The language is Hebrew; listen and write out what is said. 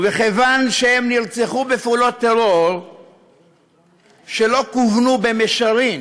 ומכיוון שהם נרצחו בפעולות טרור שלא כוונו במישרין